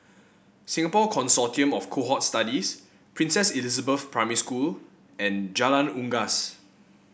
Singapore Consortium of Cohort Studies Princess Elizabeth Primary School and Jalan Unggas